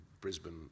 Brisbane